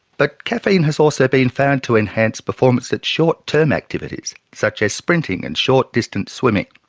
but caffeine has also been found to enhance performance at short term activities such as sprinting and short distance swimming,